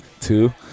two